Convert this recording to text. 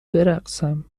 برقصم